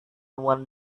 one